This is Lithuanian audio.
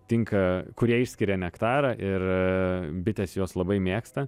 tinka kurie išskiria nektarą ir bitės juos labai mėgsta